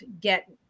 get